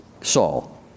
Saul